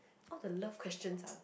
all the love questions ah